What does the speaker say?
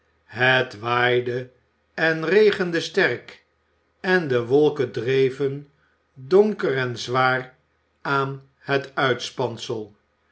het waaide en regende sterk en de wolken dreven donker en zwaar aan het uitspansel